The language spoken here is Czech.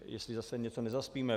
Jestli zase něco nezaspíme.